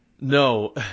No